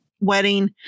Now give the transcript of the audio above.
wedding